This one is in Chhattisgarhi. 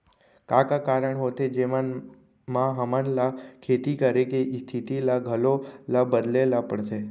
का का कारण होथे जेमन मा हमन ला खेती करे के स्तिथि ला घलो ला बदले ला पड़थे?